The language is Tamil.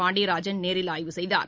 பாண்டியராஜன் நேரில் ஆய்வு செய்தார்